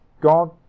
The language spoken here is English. God